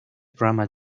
programas